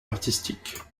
artistique